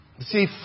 See